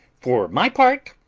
for my part,